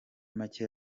make